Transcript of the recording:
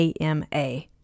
AMA